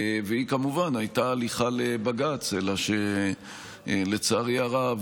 והיא כמובן הייתה הליכה לבג"ץ, אלא שלצערי הרב,